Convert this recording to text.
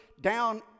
down